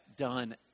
done